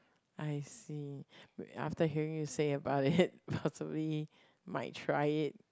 I see wait after hearing you say about it possibly might try it